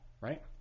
right